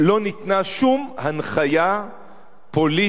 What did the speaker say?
לא ניתנה שום הנחיה פוליטית,